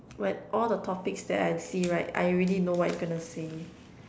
when all the topics that I see right I already know what you gonna say